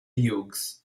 hughes